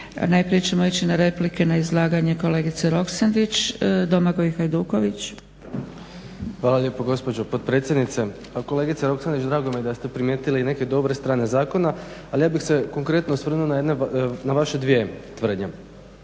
Najprije ćemo ići na replike na izlaganje kolegice Roksandić. Domagoj Hajduković. **Hajduković, Domagoj (SDP)** Hvala lijepo gospođo potpredsjedniče. Pa kolegice Roksandić drago mi je da ste primijetili i neke dobre strane zakona ali ja bih se konkretno osvrnuo na vaše dvije tvrdnje.